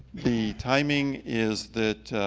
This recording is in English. the timing is that